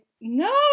no